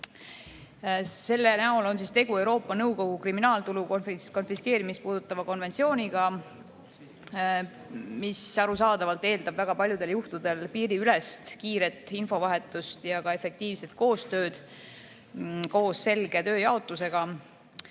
Selle näol on tegu Euroopa Nõukogu kriminaaltulu konfiskeerimist puudutava konventsiooniga, mis arusaadavalt eeldab väga paljudel juhtudel piiriülest kiiret infovahetust ja ka efektiivset koostööd koos selge tööjaotusega.